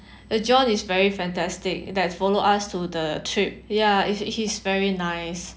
john is very fantastic that followed us to the trip ya is he's very nice